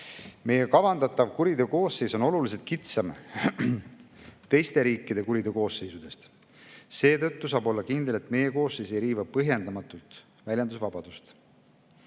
Meie kavandatav kuriteokoosseis on oluliselt kitsam teiste riikide kuriteokoosseisudest. Seetõttu saab olla kindel, et meie koosseis ei riiva põhjendamatult väljendusvabadust.